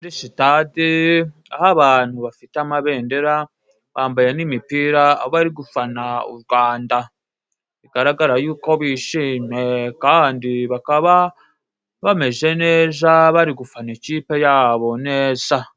Muri sitade, aho abantu bafite amabendera, bambaye n'imipira, bari gufana u Rwanda. Bigaragara yuko bishimye, kandi bakaba bameze neza, bari gufana ikipe yabo neza.